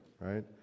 right